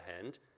hand